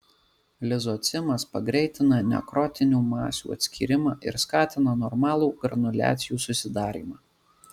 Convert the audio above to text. lizocimas pagreitina nekrotinių masių atskyrimą ir skatina normalų granuliacijų susidarymą